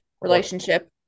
relationship